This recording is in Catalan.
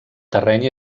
terreny